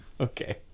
okay